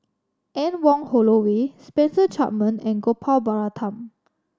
Anne Wong Holloway Spencer Chapman and Gopal Baratham